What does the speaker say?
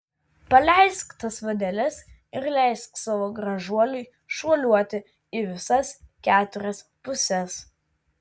paleisk tas vadeles ir leisk savo gražuoliui šuoliuoti į visas keturias puses